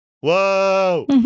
whoa